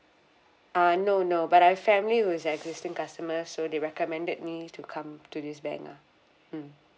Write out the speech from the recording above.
uh no no but I've family who is the existing customer so they recommended me to come to this bank lah mm